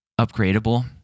upgradable